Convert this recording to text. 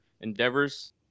endeavors